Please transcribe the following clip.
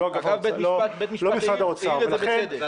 אגב בית המשפט העיר את זה, בצדק.